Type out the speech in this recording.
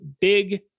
big